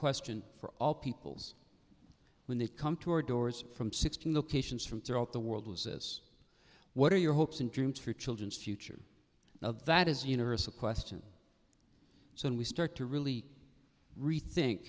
question for all peoples when they come to our doors from sixteen the cations from throughout the world was this what are your hopes and dreams for children's future now that is universal question so when we start to really rethin